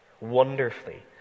wonderfully